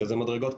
שזה מדרגות,